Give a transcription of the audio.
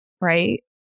right